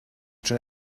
schon